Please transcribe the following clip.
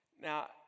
Now